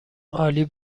عالی